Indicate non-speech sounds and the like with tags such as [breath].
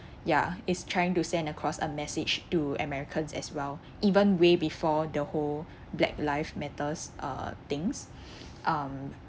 ya is trying to send across a message to americans as well even way before the whole black life matters uh things [breath] um